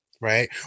Right